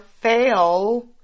fail